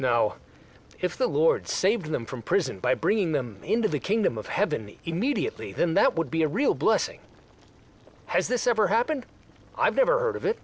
now if the lord saved them from prison by bringing them into the kingdom of heaven me immediately then that would be a real blessing has this ever happened i've never heard of it